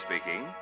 speaking